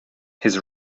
his